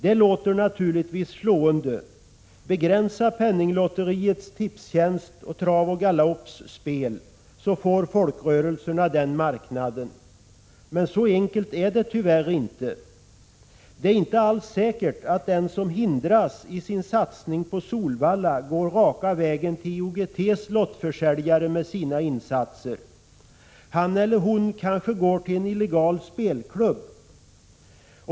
Det låter naturligtvis slående: Begränsa Penninglotteriets, Tipstjänsts och Trav och Galopps spel så får folkrörelserna den marknaden! Så enkelt är det tyvärr inte. Det är inte alls säkert att den som hindras i sin satsning på Solvalla går raka vägen till IOGT:s lottförsäljare med sina insatser — han eller hon kanske går till en illegal spelklubb.